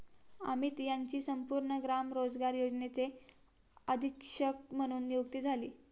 अमित यांची संपूर्ण ग्राम रोजगार योजनेचे अधीक्षक म्हणून नियुक्ती झाली